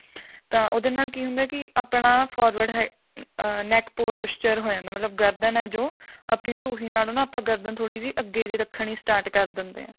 ਤਾਂ ਉਹਦੇ ਨਾਲ ਕੀ ਹੁੰਦਾ ਕਿ ਆਪਣਾ ਫੋਰਵਰਡ ਹ ਨੈਕ ਪੋਸਚਰ ਹੋ ਜਾਂਦਾ ਮਤਲਬ ਗਰਦਨ ਹੈ ਜੋ ਆਪਣੀ ਢੂਹੀਂ ਨਾਲੋਂ ਨਾ ਆਪਾਂ ਗਰਦਨ ਥੋੜ੍ਹੀ ਜਿਹੀ ਅੱਗੇ ਜਿਹੇ ਰੱਖਣੀ ਸਟਾਰਟ ਕਰ ਦਿੰਦੇ ਹਾਂ